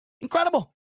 Incredible